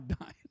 dying